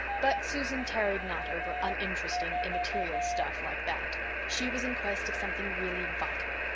but susan tarried not over uninteresting, immaterial stuff like that she was in quest of something really vital.